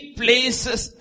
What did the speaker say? places